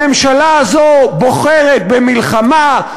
הממשלה הזו בוחרת במלחמה,